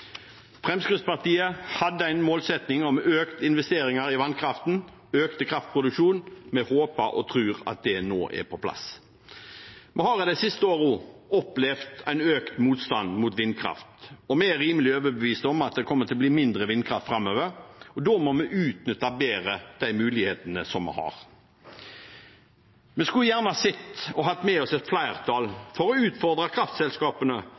Fremskrittspartiet hadde en målsetting om økte investeringer i vannkraften og økt kraftproduksjon – vi håper og tror at det nå er på plass. Vi har i de siste årene opplevd en økt motstand mot vindkraft, og vi er rimelig overbevist om at det kommer til å bli mindre vindkraft framover. Da må vi utnytte bedre de mulighetene vi har. Vi skulle gjerne hatt med oss et flertall på å utfordre kraftselskapene